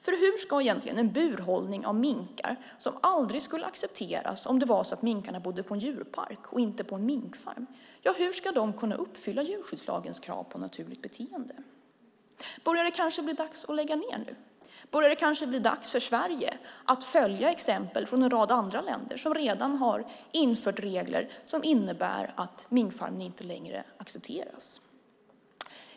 För hur ska egentligen en burhållning av minkar som aldrig skulle accepteras om det var så att minkarna bodde på en djurpark och inte på en minkfarm kunna uppfylla djurskyddslagens krav på naturligt beteende? Börjar det kanske bli dags att lägga ned nu? Börjar det kanske bli dags för Sverige att följa exempel från en rad andra länder som redan har infört regler som innebär att minkfarmning inte längre accepteras?